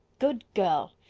good girl!